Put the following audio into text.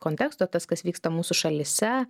konteksto tas kas vyksta mūsų šalyse